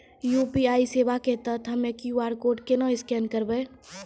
UPI सेवा के तहत हम्मय क्यू.आर कोड केना स्कैन करबै?